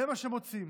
זה מה שמוצאים.